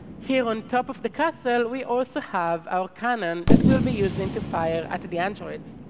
here on top of the castle we also have our cannon that we'll be using to fire at the androids.